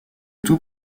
tout